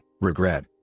regret